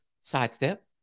sidestep